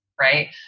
right